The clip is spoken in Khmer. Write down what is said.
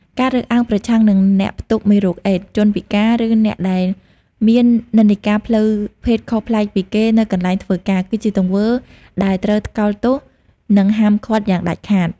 ការរើសអើងប្រឆាំងនឹងអ្នកផ្ទុកមេរោគអេដស៍ ជនពិការ ឬអ្នកដែលមាននិន្នាការផ្លូវភេទខុសប្លែកពីគេនៅកន្លែងធ្វើការ គឺជាទង្វើដែលត្រូវថ្កោលទោស និងហាមឃាត់យ៉ាងដាច់ខាត។